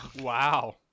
Wow